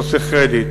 לא צריך קרדיט,